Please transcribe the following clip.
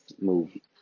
movie